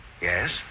Yes